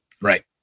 right